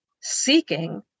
seeking